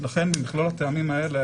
לכן ממכלול הטעמים האלה,